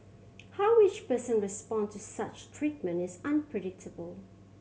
how each person responds to such treatment is unpredictable